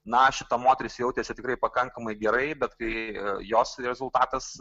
na šita moteris jautėsi tikrai pakankamai gerai bet kai jos rezultatas